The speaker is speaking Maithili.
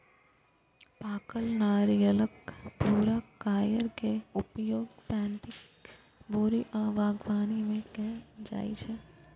पाकल नारियलक भूरा कॉयर के उपयोग पैडिंग, बोरी आ बागवानी मे कैल जाइ छै